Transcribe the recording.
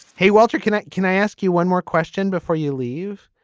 hey walter can i can i ask you one more question before you leave.